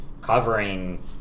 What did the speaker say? covering